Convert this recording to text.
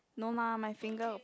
no lah my finger